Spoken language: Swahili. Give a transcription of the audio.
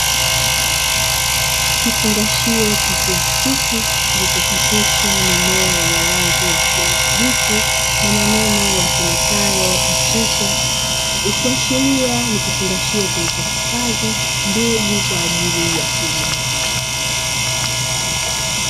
Kifungashio cha plastiki kilicho chapishwa mimea yenye rangi ya kijani kibichi, na maneno yasomekayo " Mchicha " ikiashiria ni kifungashio kilichohifadhi mbegu kwa ajili ya kilimo.